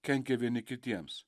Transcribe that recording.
kenkia vieni kitiems